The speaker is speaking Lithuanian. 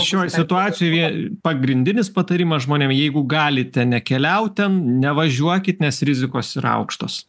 šioj situacijoje pagrindinis patarimas žmonėm jeigu galite nekeliaut ten nevažiuokit nes rizikos yra aukštos